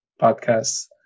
podcasts